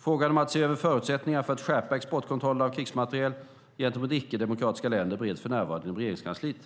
Frågan om att se över förutsättningarna för att skärpa exportkontrollen av krigsmateriel gentemot icke-demokratiska länder bereds för närvarande inom Regeringskansliet.